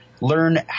learn